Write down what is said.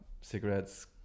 cigarettes